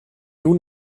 nun